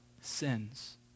sins